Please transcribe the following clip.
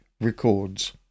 records